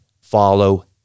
follow